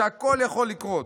שהכול יכול לקרות.